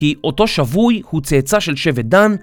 כי אותו שבוי הוא צאצא של שבט דן